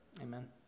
amen